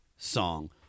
song